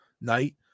night